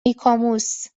ایکوموس